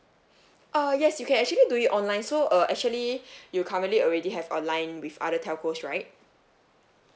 uh yes you can actually do it online so uh actually you currently already have online with other telcos right